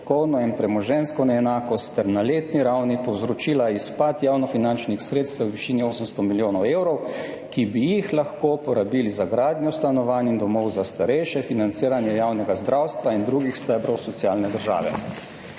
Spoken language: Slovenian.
in premoženjsko neenakost ter na letni ravni povzročila izpad javnofinančnih sredstev v višini 800 milijonov evrov, ki bi jih lahko porabili za gradnjo stanovanj in domov za starejše, financiranje javnega zdravstva in drugih stebrov socialne države?